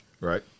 right